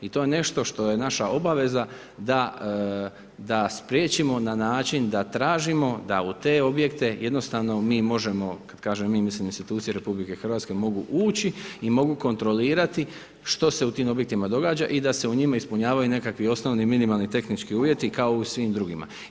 I to je nešto što je naša obaveza da spriječimo na način, da tražimo da u te objekte jednostavno mi možemo, kad kažem mi, mislim institucije RH mogu ući i mogu kontrolirati što se u tim objektima događa i da se u njima ispunjavaju nekakvi osnovni i minimalni tehnički uvjeti kao u svim drugima.